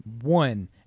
One